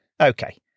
Okay